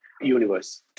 universe